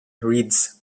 reads